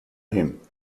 him